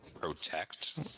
protect